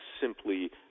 simply